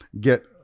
get